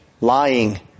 lying